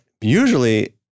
usually